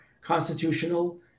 constitutional